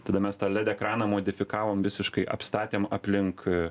tada mes tą led ekraną modifikavom visiškai apstatėm aplink